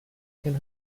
can